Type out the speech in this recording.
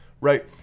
Right